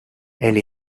elle